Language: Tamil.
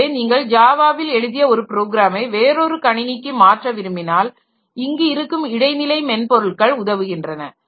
எனவேநீங்கள் ஜாவாவில் எழுதிய ஒரு ப்ரோக்ராமை வேறொரு கணினிக்கு மாற்ற விரும்பினால் இங்கு இருக்கும் இடைநிலை மென்பொருள்கள் உதவுகின்றன